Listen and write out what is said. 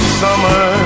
summer